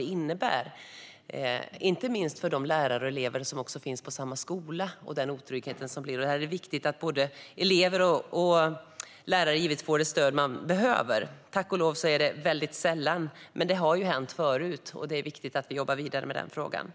Inte minst är det smärtsamt för de lärare och elever som finns på samma skola, med tanke på den otrygghet som uppstår. Här är det viktigt att elever och lärare får det stöd de behöver. Tack och lov är det väldigt sällan sådant här sker. Det har ju dock hänt förut, och det är viktigt att vi jobbar vidare med denna fråga. Fru talman!